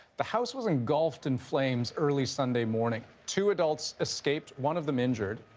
the house was engulfed in flames early sunday morning. two adults escaped, one of them injured.